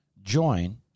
join